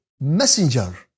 messenger